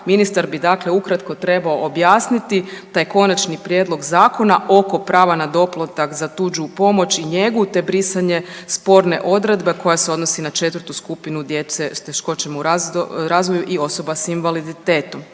Ministar bi, dakle, ukratko trebao objasniti taj konačni prijedlog zakona oko prava na doplatak za tuđu pomoć i njegu te brisanje sporne odredbe koja se odnosi na 4. skupinu djece s teškoćama u razvoju i osoba s invaliditetom.